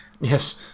Yes